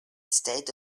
state